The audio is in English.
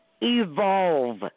Evolve